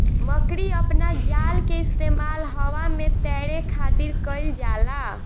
मकड़ी अपना जाल के इस्तेमाल हवा में तैरे खातिर कईल जाला